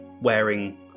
wearing